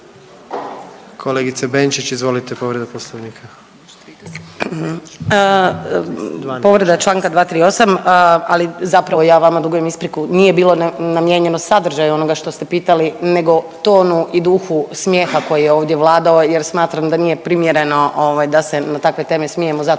Kolegice Benčić, izvolite povreda Poslovnika. **Benčić, Sandra (Možemo!)** Povreda članka 238. Ali zapravo ja vama dugujem ispriku, nije bilo namijenjeno sadržaju onoga što ste pitali nego tonu i duhu smijeha koji je ovdje vladao. Jer smatram da nije primjereno da se na takve teme smijemo, zato